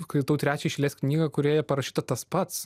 skaitau trečią iš eilės knygą kurioje parašyta tas pats